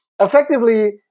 effectively